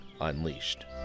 unleashed